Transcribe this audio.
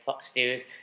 stews